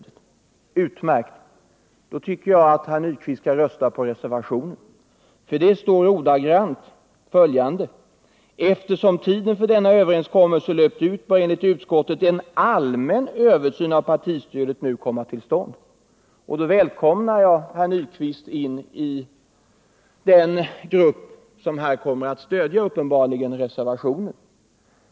Det är utmärkt då, tycker jag, att herr Nyquist skall rösta på reservationen, för där står ordagrant följande: ”Eftersom tiden för denna överenskommelse löpt ut bör enligt utskottet en allmän översyn av partistödet nu komma till stånd.” Jag välkomnar herr Nyquist vill den grupp som här uppenbarligen kommer att stödja reservationen.